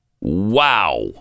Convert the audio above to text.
wow